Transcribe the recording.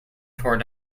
tore